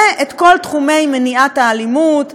ואת כל תחומי מניעת האלימות,